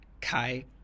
Kai